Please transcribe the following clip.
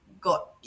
got